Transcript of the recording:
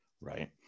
Right